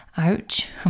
Ouch